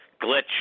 glitch